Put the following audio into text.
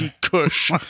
Kush